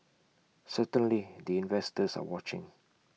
certainly the investors are watching